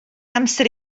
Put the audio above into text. amser